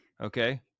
Okay